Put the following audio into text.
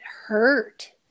hurt